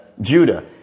Judah